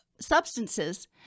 substances